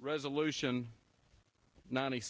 resolution ninety